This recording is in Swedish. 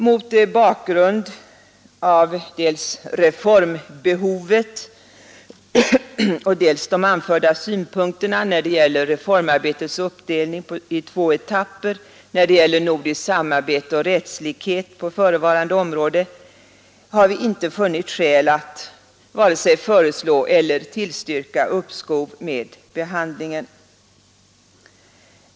Mot bakgrund av dels reformbehovet, dels de anförda synpunkterna när det gäller reformarbetets uppdelning i två etapper och när det gäller nordiskt samarbete och rättslikhet på förevarande område har vi inte funnit skäl att vare sig föreslå eller tillstyrka uppskov med behandlingen.